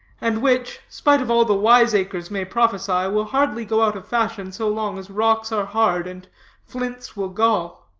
and which, spite of all the wiseacres may prophesy, will hardly go out of fashion so long as rocks are hard and flints will gall.